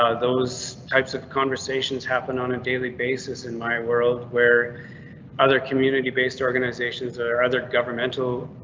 ah those types of conversations happen on a daily basis. in my world where other community based organizations or other governmental.